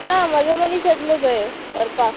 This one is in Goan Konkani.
ना म्हजो मनीस येतलो थंय व्हरपाक